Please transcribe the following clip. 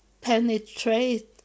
penetrate